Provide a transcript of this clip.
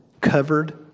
covered